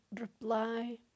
reply